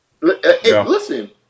Listen